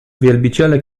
wielbiciele